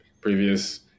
previous